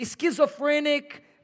schizophrenic